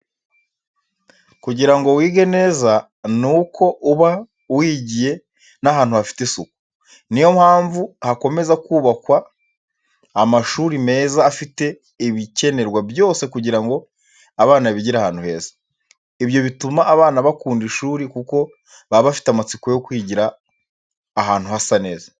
Kugira ngo wige neza, ni uko uba wigiye n'ahantu hafite isuku. Niyo mpamvu hakomeza kubakwa amashuri meza afite ibikenerwa byose kugira ngo abana bigire ahantu heza. Ibyo bituma abana bakunda ishuri kuko baba bafite amatsiko yo kwigira ahantu hasa neza.